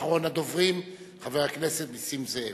אחרון הדוברים, חבר הכנסת נסים זאב.